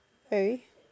sorry